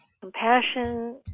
Compassion